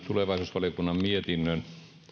tulevaisuusvaliokunnan mietinnön